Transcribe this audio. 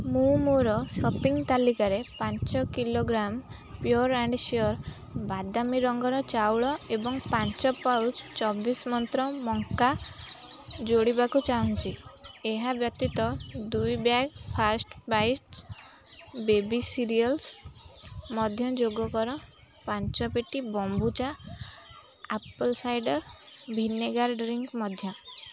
ମୁଁ ମୋର ସପିଂ ତାଲିକାରେ ପାଞ୍ଚ kilogram pure and sure ବାଦାମୀ ରଙ୍ଗର ଚାଉଳ ଏବଂ ପାଞ୍ଚ ପାଉଚ୍ ଚବିଶ ମନ୍ତ୍ର ମକା ଯୋଡ଼ିବାକୁ ଚାହୁଁଛି ଏହା ବ୍ୟତୀତ ଦୁଇ bag fast bites baby cereals ମଧ୍ୟ ଯୋଗ କର ପାଞ୍ଚ ପେଟି Bombucha apple cider vinegar drink ମଧ୍ୟ